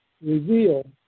reveal